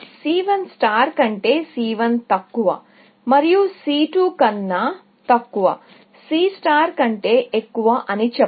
C కంటే C1 తక్కువ మరియు C2 C కంటే ఎక్కువ అయినట్లయితే